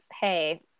hey